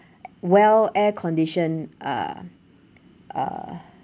well air-conditioned uh uh